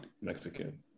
Mexican